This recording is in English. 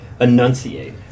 enunciate